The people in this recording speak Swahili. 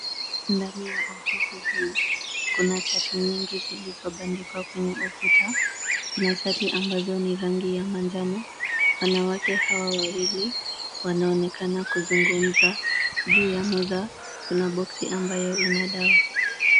Ndani ya ofisi hii, kuna chati nyingi zilizobandikwa kwenye ukuta. Kuna chati ambazo ni rangi ya manjano. Wanawake hawa wawili wanaonekana kuzungumza. Juu ya meza kuna boksi ambayo ina dawa.